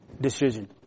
decision